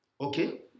Okay